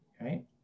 right